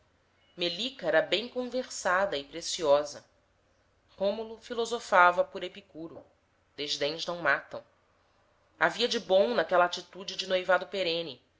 melica era bem conservada e preciosa rômulo filosofava por epicuro desdéns não matam havia de bom naquela atitude de noivado perene